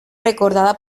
recordada